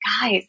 Guys